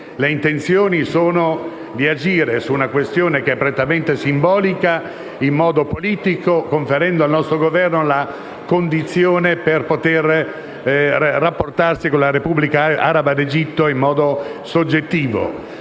Le intenzioni sono di agire in modo politico su una questione che è prettamente simbolica, conferendo al nostro Governo la condizione per poter rapportarsi con la Repubblica araba d'Egitto in modo soggettivo.